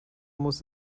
muss